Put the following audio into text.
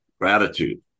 gratitude